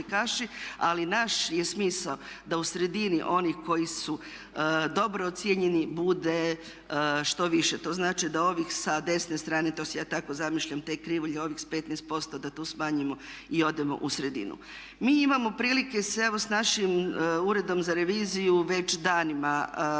ali naš je smisao da u sredini onih koji su dobro ocijenjeni bude što više. To znači da ovih sa desne strane, to si ja tako zamišljam te krivulje ovih sa 15% da tu smanjimo i odemo u sredinu. Mi imamo prilike se evo s našim Uredom za reviziju već danima družiti.